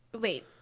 Wait